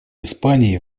испании